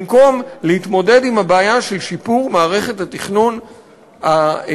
במקום להתמודד עם הבעיה של שיפור מערכת התכנון הרצינית,